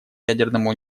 ядерному